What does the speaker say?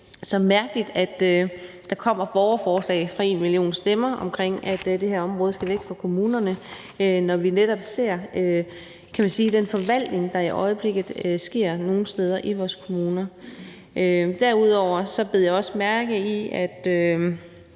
så mærkeligt, at der kommer et borgerforslag fra #enmillionstemmer om, at det her område skal væk fra kommunerne, når vi – kan man sige – netop ser den forvaltning, der i øjeblikket sker nogle steder i vores kommuner. Derudover bed jeg også mærke i et